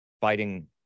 fighting